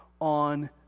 on